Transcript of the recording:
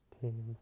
team